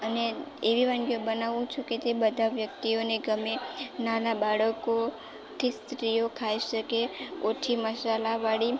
અને એવી વાનગીઓ બનાવું છું કે જે બધા વ્યક્તિઓને ગમે નાનાં બાળકો કે સ્ત્રીઓ ખાઈ શકે ઓછી માસાલાવાળી